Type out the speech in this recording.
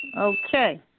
Okay